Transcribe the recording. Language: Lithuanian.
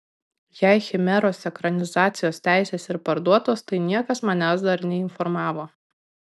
jei chimeros ekranizacijos teisės ir parduotos tai niekas manęs dar neinformavo